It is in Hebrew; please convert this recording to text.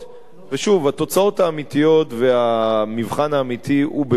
ושוב, התוצאות האמיתיות והמבחן האמיתי הם בבחירות.